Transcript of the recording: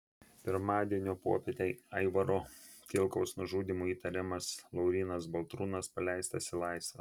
pirmadienio popietę aivaro kilkaus nužudymu įtariamas laurynas baltrūnas paleistas į laisvę